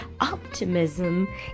optimism